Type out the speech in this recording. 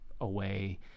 away